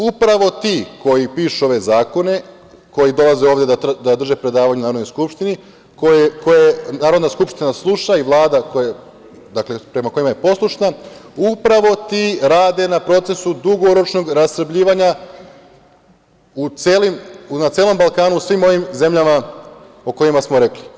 Upravo ti koji pišu ove zakone, koji dolaze ovde da drže predavanja u Narodnoj skupštini, koje Narodna skupština sluša i Vlada prema kojima je poslušna, upravo ti rade na procesu dugoročnog rasrbljivanja na celom Balkanu, u svim ovim zemljama o kojima smo rekli.